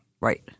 Right